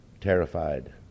terrified